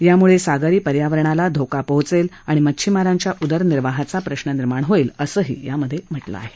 याम्ळे सागरी पर्यावरणाला धोका पोहोचेल आणि मच्छिमारांच्या उदरनिर्वाहाचा प्रश्न निर्माण होईल असं म्हटलं आहे